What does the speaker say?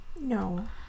No